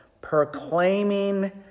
proclaiming